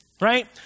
right